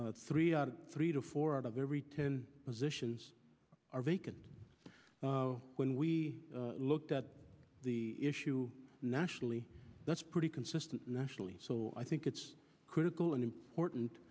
means three three to four out of every ten positions are vacant when we looked at the issue nationally that's pretty consistent nationally so i think it's critical and important